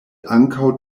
ankaŭ